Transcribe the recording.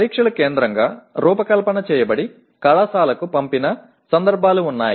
పరీక్షలు కేంద్రంగా రూపకల్పన చేయబడి కళాశాలకు పంపిన సందర్భాలు ఉన్నాయి